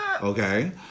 okay